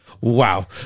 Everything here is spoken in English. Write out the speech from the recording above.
Wow